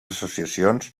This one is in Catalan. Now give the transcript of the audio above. associacions